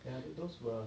and I think those were